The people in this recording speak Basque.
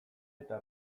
eta